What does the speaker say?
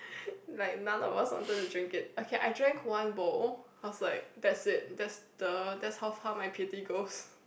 like none of us wanted to drink it okay I drank one bowl I was like that's it that's the that's how my pity goes